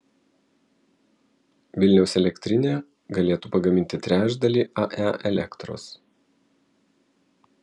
vilniaus elektrinė galėtų pagaminti trečdalį ae elektros